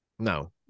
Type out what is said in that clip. No